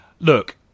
Look